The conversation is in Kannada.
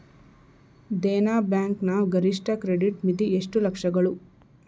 ದೇನಾ ಬ್ಯಾಂಕ್ ನ ಗರಿಷ್ಠ ಕ್ರೆಡಿಟ್ ಮಿತಿ ಎಷ್ಟು ಲಕ್ಷಗಳು?